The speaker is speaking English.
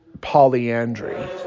polyandry